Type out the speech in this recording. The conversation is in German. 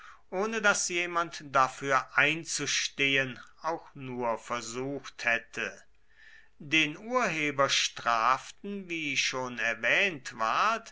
ohne daß jemand dafür einzustehen auch nur versucht hätte den urheber straften wie schon erwähnt ward